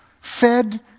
fed